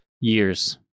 years